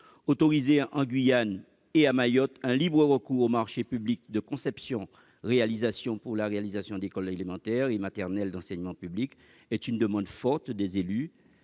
Autoriser, en Guyane et à Mayotte, un libre recours aux marchés publics de conception-réalisation pour la réalisation d'écoles élémentaires et maternelles d'enseignement public, répond à une demande forte des élus.